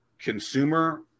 consumer